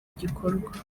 gikorwa